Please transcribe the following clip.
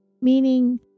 meaning